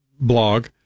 blog